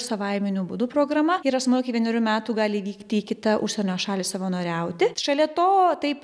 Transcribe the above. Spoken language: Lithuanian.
savaiminiu būdu programa ir asmuo iki vienerių metų gali vykti į kitą užsienio šalį savanoriauti šalia to taip